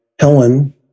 Helen